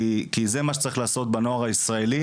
כי זה מה שצריך לעשות עם הנוער הישראלי,